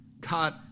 God